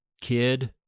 kid